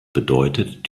bedeutet